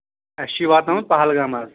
اَسہِ چھُ یہِ واتناوُن پَہلگام حظ